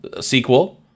sequel